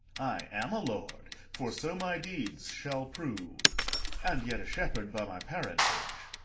i am a lord, for so my deeds shall prove and yet a shepherd by my parentage.